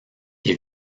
que